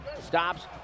Stops